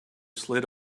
slid